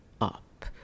up